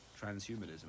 transhumanism